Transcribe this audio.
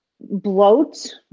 bloat